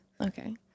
Okay